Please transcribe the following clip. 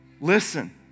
Listen